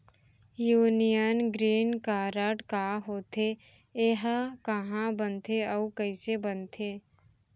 Union green card का होथे, एहा कहाँ बनथे अऊ कइसे बनथे?